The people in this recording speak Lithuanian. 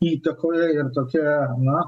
įtakoje ir tokia na